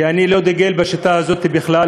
כי אני לא דוגל בשיטה הזאת בכלל,